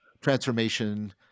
transformation